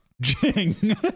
Jing